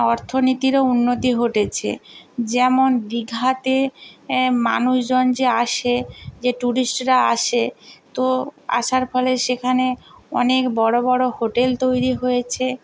অর্থনীতিরও উন্নতি ঘটেছে যেমন দিঘাতে মানুষজন যে আসে যে টুরিস্টরা আসে তো আসার ফলে সেখানে অনেক বড় বড় হোটেল তৈরি হয়েছে